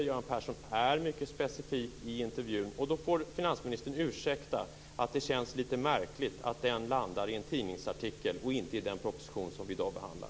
Göran Persson är mycket specifik i intervjun. Då får finansministern ursäkta att det känns litet märkligt att detta landar i en tidningsartikel och inte i den proposition som vi i dag behandlar.